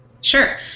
Sure